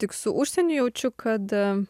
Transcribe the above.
tik su užsieniu jaučiu kad